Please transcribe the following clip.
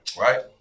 right